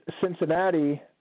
Cincinnati